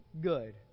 good